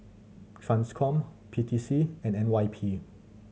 Transcom P T C and N Y P